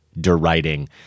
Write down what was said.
deriding